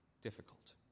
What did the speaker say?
difficult